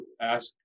ask